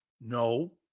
No